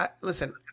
Listen